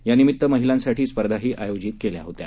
यानिमित्त महिलांसाठी स्पर्धाही आयोजित केल्या होत्या